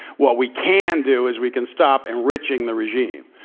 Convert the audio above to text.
what we can do is we can stop enriching the regime.